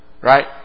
Right